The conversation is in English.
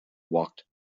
walked